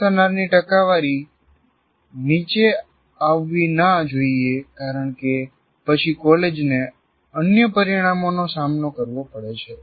pass થનારની ટકાવારી નીચે આવવીના જોઈએ કારણ કે પછી કોલેજને અન્ય પરિણામોનો સામનો કરવો પડે છે